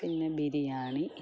പിന്നെ ബിരിയാണി